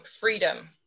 freedom